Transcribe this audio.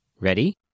Ready